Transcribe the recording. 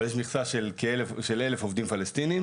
אז יש מכסה של 1,000 עובדים פלסטינים,